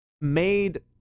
made